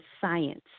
science